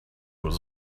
was